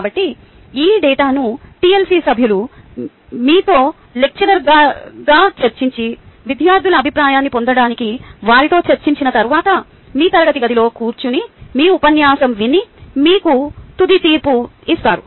కాబట్టి ఈ డేటాను టిఎల్సి సభ్యులు మీతో లెక్చరర్గా చర్చించి విద్యార్థుల అభిప్రాయాన్ని పొందడానికి వారితో చర్చించిన తరువాత మీ తరగతి గదిలో కూర్చుని మీ ఉపన్యాసం విని మీకు తుది తీర్పు ఇస్తారు